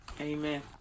Amen